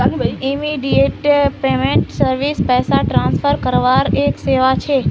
immediate payment service पैसा transfer करवार एक सेवा छ